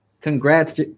Congrats